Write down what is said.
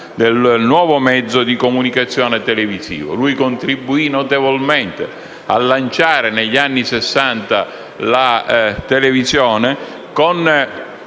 del nuovo mezzo di comunicazione televisivo. Contribuì notevolmente a lanciare negli anni Sessanta la televisione con